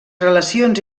relacions